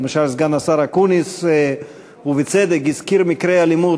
למשל סגן השר אקוניס הזכיר בצדק מקרי אלימות